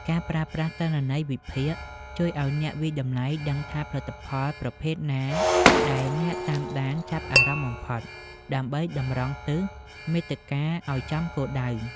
ការប្រើប្រាស់ទិន្នន័យវិភាគ ជួយឱ្យអ្នកវាយតម្លៃដឹងថាផលិតផលប្រភេទណាដែលអ្នកតាមដានចាប់អារម្មណ៍បំផុត ដើម្បីតម្រង់ទិសមាតិកាឱ្យចំគោលដៅ។